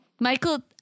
Michael